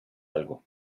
algo